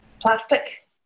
Plastic